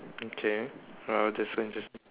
okay well this one just